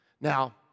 Now